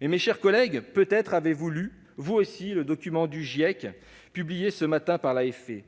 Mais, mes chers collègues, peut-être avez-vous lu vous aussi le document du Groupe d'experts